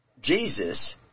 Jesus